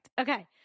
Okay